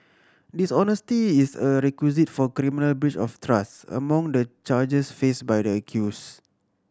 dishonesty is a requisite for criminal breach of trust among the charges faced by the accused